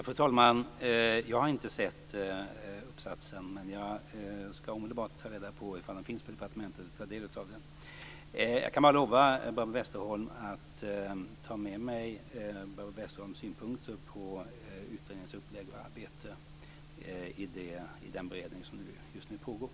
Fru talman! Jag har inte sett uppsatsen. Men jag skall omedelbart ta reda på ifall den finns på departementet och ta del av den. Jag kan bara lova Barbro Westerholm att ta med mig hennes synpunkter på utredningens uppläggning och arbete i den beredning som just nu pågår.